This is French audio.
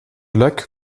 lac